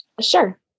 Sure